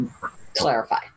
Clarify